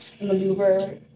maneuver